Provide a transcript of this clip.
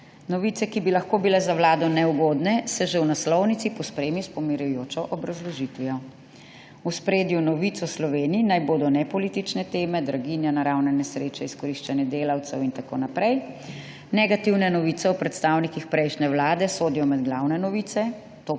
Novice, ki bi lahko bile za vlado neugodne, se že v naslovnici pospremi s pomirjujočo obrazložitvijo. V ospredju novic o Sloveniji naj bodo nepolitične teme (draginja, naravne nesreče, izkoriščanje delavcev in tako naprej). Negativne novice o predstavnikih prejšnje vlade sodijo med glavne novice